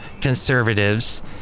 conservatives